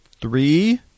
three